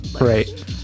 right